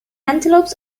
antelopes